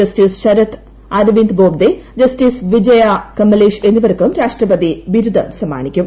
justice Sharad Arvind Bobde justice Vijaya Kamlesh എന്നിവർക്കും രാഷ്ട്രപതി ബിരുദം സമ്മാനിക്കും